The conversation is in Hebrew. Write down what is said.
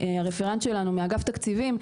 הרפרנט שלנו מאגף תקציבים,